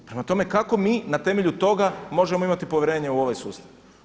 Prema tome, kako mi na temelju toga možemo imati povjerenja u ovaj sustav?